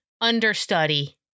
understudy